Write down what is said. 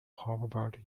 harvard